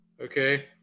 Okay